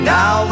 Now